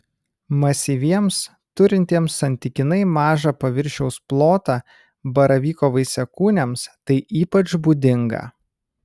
masyviems turintiems santykinai mažą paviršiaus plotą baravyko vaisiakūniams tai ypač būdinga